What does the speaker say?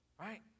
right